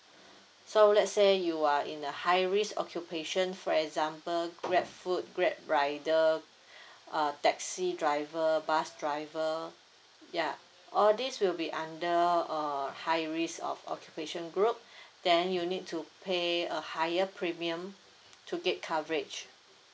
so let's say you are in a high risk occupation for example grabfood grabrider uh taxi driver bus driver ya all these will be under a high risk of occupation group then you need to pay a higher premium to get coverage